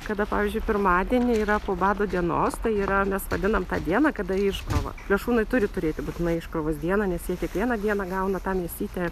kada pavyzdžiui pirmadienį yra bado dienos tai yra mes vadinam tą dieną kada iškrova plėšrūnai turi turėti būtinai iškrovos dieną nes jie kiekvieną dieną gauna tą mėsytę